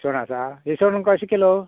इस्वण आसा इस्वण कशें किलो